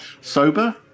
Sober